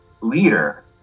leader